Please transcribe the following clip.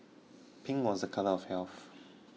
pink was a colour of health